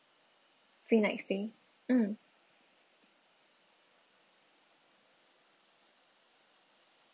free night stay mm